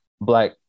black